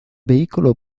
vehículo